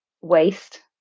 waste